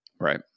Right